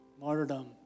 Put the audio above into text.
martyrdom